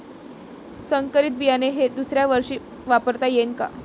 संकरीत बियाणे हे दुसऱ्यावर्षी वापरता येईन का?